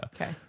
Okay